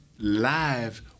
live